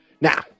Now